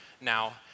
now